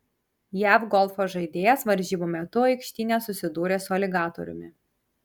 jav golfo žaidėjas varžybų metu aikštyne susidūrė su aligatoriumi